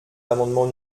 l’amendement